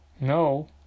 no